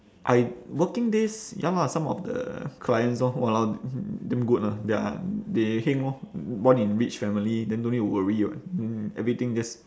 I working days ya lah some of the clients orh !walao! damn good lah their they heng orh born in rich family then don't need to worry [what] then everything just